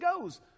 goes